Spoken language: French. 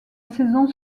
saison